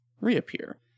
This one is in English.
reappear